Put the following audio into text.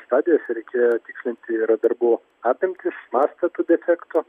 stadijose reikėjo tikslinti yra darbų apimtis mastą tų defektų